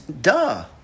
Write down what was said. Duh